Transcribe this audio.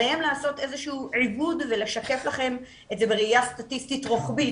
עליהם ייעשה איזשהו עיבוד ולשקף לכם את זה בראייה סטטיסטית רוחבית,